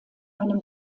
eine